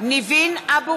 ניבין אבו